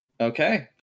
Okay